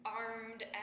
armed